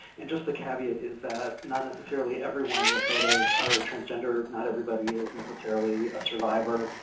and just the caveat is that not necessarily everyone in the photos are transgender, not everybody is necessarily a survivor,